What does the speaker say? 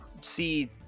see